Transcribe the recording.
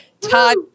Todd